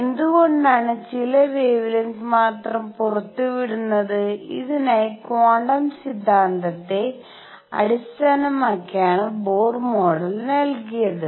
എന്തുകൊണ്ടാണ് ചില വെവെലെങ്ത് മാത്രം പുറത്തുവിടുന്നത് ഇതിനായി ക്വാണ്ടം സിദ്ധാന്തത്തെ അടിസ്ഥാനമാക്കിയാണ് ബോർ മോഡൽ നൽകിയത്